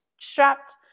strapped